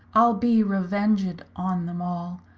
i'll be revenged on them all,